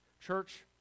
Church